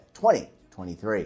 2023